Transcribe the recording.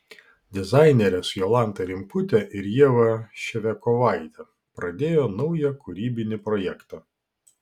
dizainerės jolanta rimkutė ir ieva ševiakovaitė pradėjo naują kūrybinį projektą